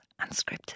Unscripted